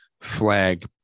flag